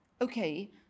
Okay